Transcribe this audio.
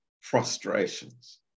frustrations